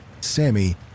Sammy